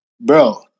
Bro